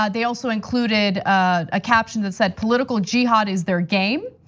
ah they also included a caption that said political jihad is their game.